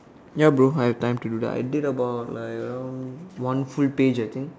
ya bro I have time to do that I did about like around one full page I think